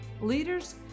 Leaders